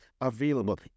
available